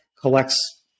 collects